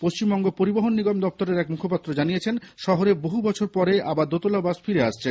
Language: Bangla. পশ্চিমবঙ্গ পরিবহন নিগম দফতরের এক মুখপাত্র জানিয়েছেন শহরে বহু বছর পরে আবার দোতলা বাস ফিরে আসছে